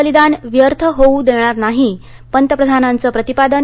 बलिदान व्यर्थ होऊ दिलं जाणार नाही पंतप्रधानांचं प्रतिपादन